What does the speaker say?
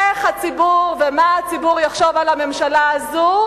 איך הציבור ומה הציבור יחשוב על הממשלה הזו,